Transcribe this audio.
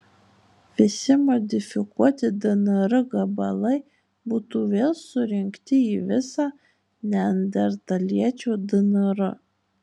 visi modifikuoti dnr gabalai būtų vėl surinkti į visą neandertaliečio dnr